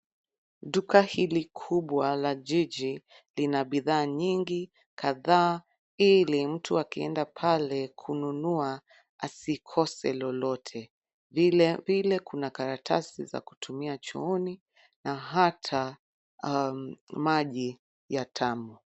Duka hili kubwa la jiji lina bidhaa nyingi kadhaa ili mtu akienda pale kununua asikose lolote. Vilevile kuna karatasi za kutumia chooni na hata maji ya tamu.